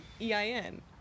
E-I-N